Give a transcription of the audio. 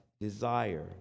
desire